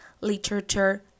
literature